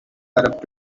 arab